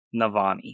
Navani